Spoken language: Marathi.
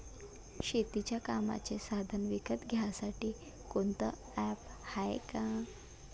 शेतीच्या कामाचे साधनं विकत घ्यासाठी कोनतं ॲप हाये का?